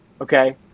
Okay